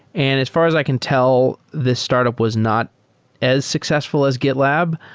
and as far as i can tell, this startup was not as successful as gitlab.